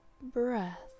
breath